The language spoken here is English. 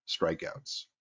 strikeouts